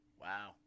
Wow